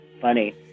funny